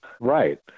Right